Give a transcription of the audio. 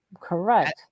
Correct